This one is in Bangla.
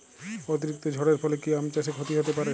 অতিরিক্ত ঝড়ের ফলে কি আম চাষে ক্ষতি হতে পারে?